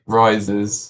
rises